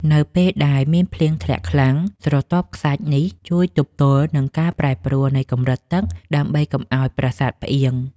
នៅពេលដែលមានភ្លៀងធ្លាក់ខ្លាំង ស្រទាប់ខ្សាច់នេះជួយទប់ទល់នឹងការប្រែប្រួលនៃកម្រិតទឹក ដើម្បីកុំឱ្យប្រាសាទផ្អៀង។